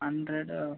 ஹண்ட்ரடா